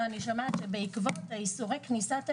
--- איסורי כניסת תיירים,